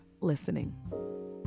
listening